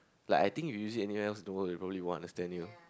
like I think you use it anywhere else the world probably won't understand you